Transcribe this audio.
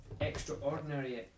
extraordinary